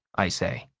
i say.